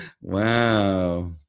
Wow